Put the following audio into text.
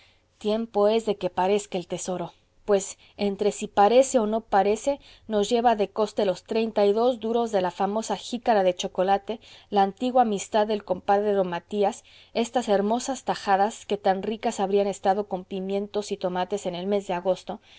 tiempo es de que parezca el tesoro pues entre si parece o no parece nos lleva de coste los treinta y dos duros de la famosa jícara de chocolate la antigua amistad del compadre d matías estas hermosas tajadas que tan ricas habrían estado con pimientos y tomates en el mes de agosto